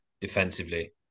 defensively